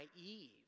naive